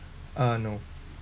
uh no